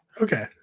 Okay